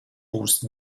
būs